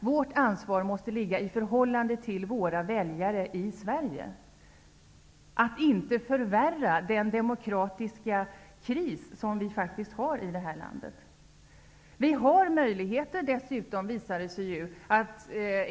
Vårt ansvar måste stå i förhållande till våra väljare i Sverige och att inte förvärra den demokratiska kris som förekommer i landet.